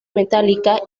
metallica